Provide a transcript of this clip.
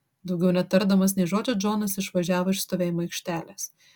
daugiau netardamas nė žodžio džonas išvažiavo iš stovėjimo aikštelės